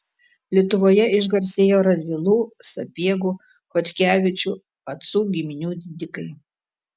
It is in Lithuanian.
lietuvoje išgarsėjo radvilų sapiegų chodkevičių pacų giminių didikai